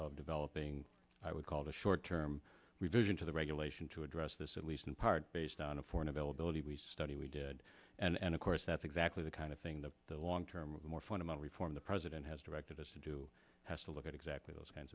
of developing i would call the short term revision to the regulation to address this at least in part based on a foreign availability we study we did and of course that's exactly the kind of thing the long term more fundamental reform the president has directed us to do has to look at exactly those kinds